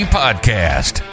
podcast